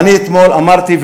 ואני אתמול אמרתי,